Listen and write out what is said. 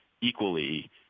equally